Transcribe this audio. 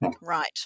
right